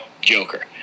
Joker